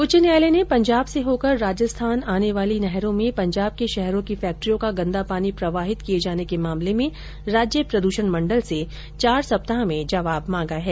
उच्च न्यायालय ने पंजाब से होकर राजस्थान आने वाली नहरों में पंजाब के शहरों की फैक्ट्रियों का गंदा पानी प्रवाहित किए जाने के मामले में राज्य प्रदूषण मण्डल से चार सप्ताह में जवाब मांगा है